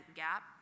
gap